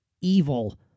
evil